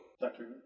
Doctor